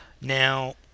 Now